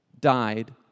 died